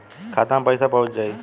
खाता मे पईसा पहुंच जाई